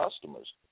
customers